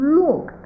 look